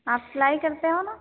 आप सिलाई करते हो ना